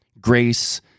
grace